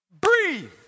Breathe